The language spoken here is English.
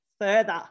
further